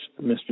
Mr